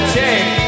take